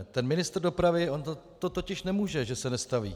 Ten ministr dopravy, on za to totiž nemůže, že se nestaví.